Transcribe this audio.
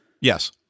yes